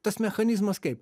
tas mechanizmas kaip